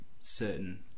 certain